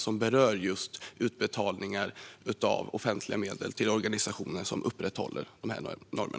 Den berör just utbetalningar av offentliga medel till organisationer som upprätthåller dessa normer.